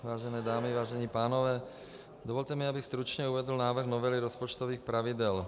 Vážené dámy, vážení pánové, dovolte mi, abych stručně uvedl návrh novely rozpočtových pravidel.